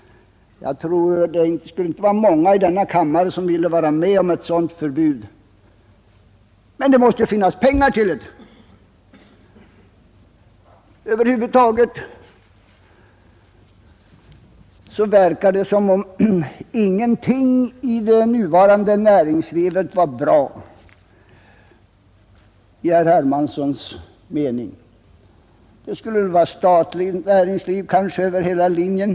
Jag tror inte att det skulle vara många i denna kammare som ville vara med om ett sådant förbud. Men det måste finnas pengar. Över huvud taget verkar det som om ingenting i det nuvarande näringslivet är bra enligt herr Hermansson. Det skulle kanske vara statligt näringsliv över hela linjen.